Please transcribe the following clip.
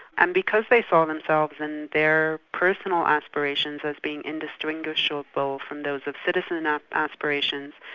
and because they saw themselves and their personal aspirations as being indistinguishable from those of citizen ah aspirations,